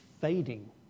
fading